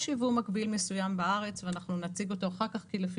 יש יבוא מקביל מסוים בארץ ואנחנו נציג אותו אחר כך כי לפי